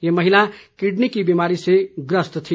ये महिला किडनी की बीमारी से भी ग्रसत थी